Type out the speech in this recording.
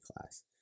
class